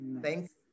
Thanks